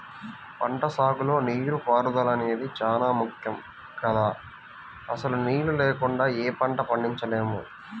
పంటసాగులో నీటిపారుదల అనేది చానా ముక్కెం గదా, అసలు నీళ్ళు లేకుండా యే పంటా పండించలేము